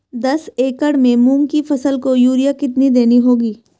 दस एकड़ में मूंग की फसल को यूरिया कितनी देनी होगी?